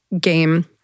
game